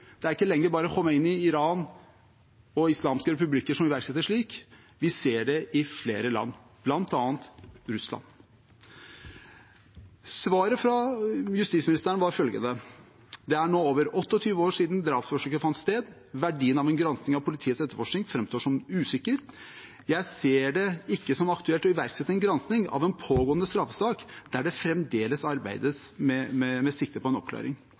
Det er ikke lenger bare Khomeini i Iran og islamske republikker som iverksetter slikt, vi ser det i flere land, bl.a. Russland. Svaret fra justisministeren var følgende: «Det er nå over 28 år siden drapsforsøket fant sted. Verdien av en granskning av politiets etterforsking, fremstår som usikker. Jeg ser det ikke som aktuelt å iverksette en granskning av en pågående straffesak der det fremdeles arbeides med sikte på en oppklaring.»